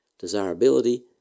desirability